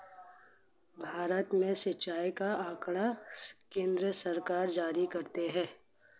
भारत में सिंचाई का आँकड़ा केन्द्र सरकार जारी करती है